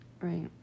Right